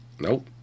nope